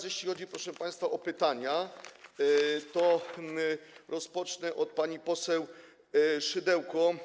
Jeśli chodzi, proszę państwa, o pytania, to rozpocznę od pytania pani poseł Szydełko.